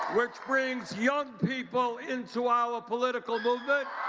which brings young people into our political movement.